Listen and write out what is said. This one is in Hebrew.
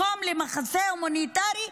מקום למחסה הומניטרי,